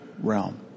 realm